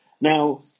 Now